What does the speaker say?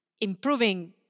improving